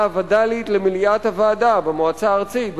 הווד"לית למליאת הוועדה במועצה הארצית,